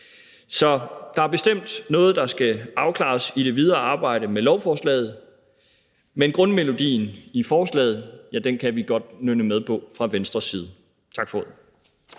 Så der er bestemt noget, der skal afklares i det videre arbejde med lovforslaget, men grundmelodien i forslaget kan vi godt nynne med på fra Venstres side. Tak for ordet.